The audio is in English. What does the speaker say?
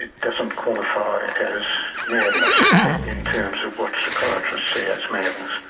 doesn't qualify as madness in terms of what psychiatrists see as madness,